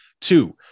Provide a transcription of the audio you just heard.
Two